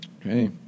Okay